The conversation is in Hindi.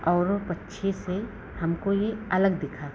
औरो पक्षी से हमको यह अलग दिखा